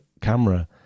camera